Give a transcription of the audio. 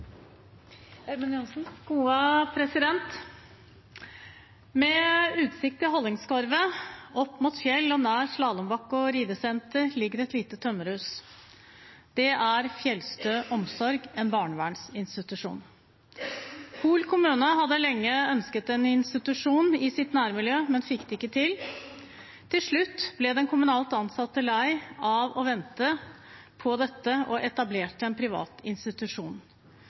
med SV. Representanten Kari Henriksen har tatt opp de forslagene hun refererte til. Med utsikt til Hallingskarvet, opp mot fjell og nær slalåmbakke og ridesenter ligger det et lite tømmerhus. Det er Fjellstø Omsorg, en barnevernsinstitusjon. Hol kommune hadde lenge ønsket en institusjon i sitt nærmiljø, men fikk det ikke til. Til slutt ble den kommunalt ansatte lei av å vente på dette